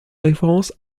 référence